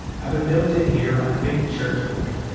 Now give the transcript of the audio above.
i've been built in here like a big church organ.